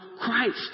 Christ